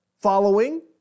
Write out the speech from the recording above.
following